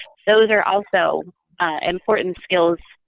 those are also important skills,